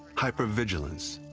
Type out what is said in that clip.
hyper vigilance,